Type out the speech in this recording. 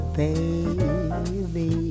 baby